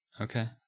Okay